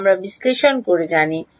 যা আমরা বিশ্লেষণ করে জানি